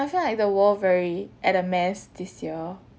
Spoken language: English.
I feel like the world very at a mess this year